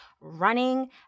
running